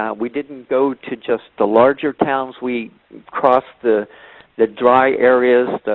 ah we didn't go to just the larger towns. we crossed the the dry areas,